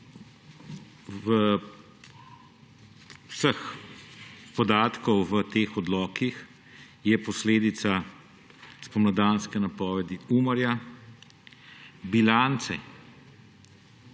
vseh podatkov v teh odlokih je posledica spomladanske napovedi UMAR. Odlok